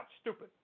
Stupid